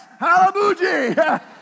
Halabuji